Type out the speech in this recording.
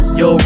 yo